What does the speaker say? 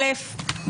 א', מובן,